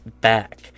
back